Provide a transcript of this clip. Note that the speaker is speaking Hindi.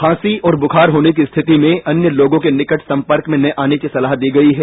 खांसी और बूखार होने की स्थिति में अन्य लोगों के निकट संपर्क में न आने की सलाह दी गई है